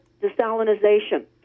desalinization